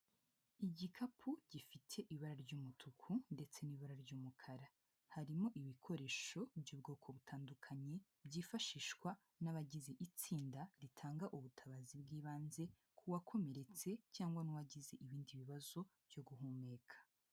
Igikapu gifite ibara ry'umutuku ndetse n'ibara ry'umukara, harimo ibikoresho by'ubwoko butandukanye, byifashishwa n'abagize iri tsinda ritanga ubutabazi bw'ibanze, k'uwakomeretse cyangwa n'uwagize ibindi bibazo byo guhumeka.